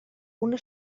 una